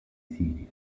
siria